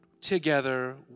together